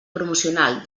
promocional